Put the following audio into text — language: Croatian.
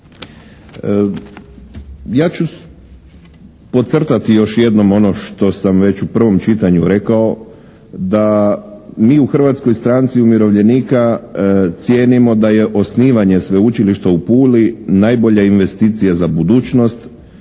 Ja ću podcrtati još jednom ono što sam već u prvom čitanju rekao da mi u Hrvatskoj stranci umirovljenika cijenimo da je osnivanje Sveučilišta u Puli najbolja investicija za budućnost,